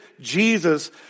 Jesus